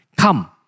Come